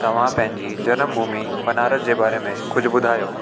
तव्हां पंहिंजी जनमु भूमी बनारस जे बारे में कुझ ॿुधायो